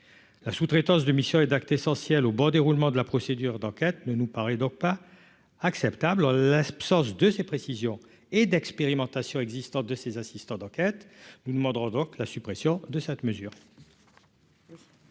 la sous-traitance de mission et d'actes essentiels au bon déroulement de la procédure d'enquête ne nous paraît donc pas acceptable en l'absence de ces précisions et d'expérimentation existantes de ses assistants d'enquête nous demandons donc la suppression de cette mesure.